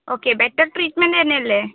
okay better treatment തന്നെയല്ലേ